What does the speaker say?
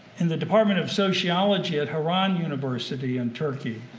in the department of sociology at hurran university in turkey.